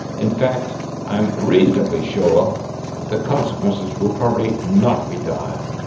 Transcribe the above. in fact i am reasonably sure that the consequences will probably not be dire.